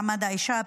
במעמד האישה,